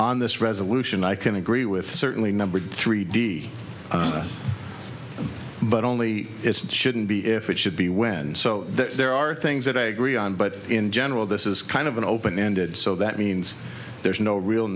on this resolution i can agree with certainly numbered three d but only shouldn't be if it should be when so there are things that i agree on but in general this is kind of an open ended so that means there's no real